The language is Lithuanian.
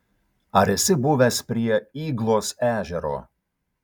ar esi buvęs prie yglos ežero